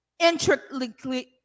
intricately